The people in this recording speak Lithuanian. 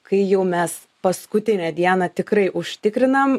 kai jau mes paskutinę dieną tikrai užtikrinam